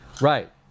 Right